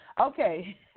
Okay